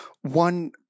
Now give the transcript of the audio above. one